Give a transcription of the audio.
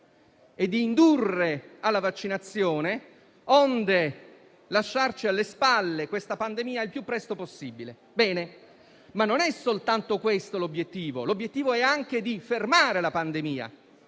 è di indurre alla vaccinazione, onde lasciarci alle spalle questa pandemia il più presto possibile. Bene, ma non è soltanto questo. L'obiettivo è anche quello di fermare la pandemia